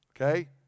Okay